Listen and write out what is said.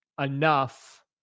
enough